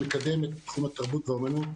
היא מקדמת את תחום התרבות והאומנות,